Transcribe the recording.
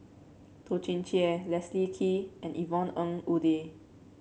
Toh Chin Chye Leslie Kee and Yvonne Ng Uhde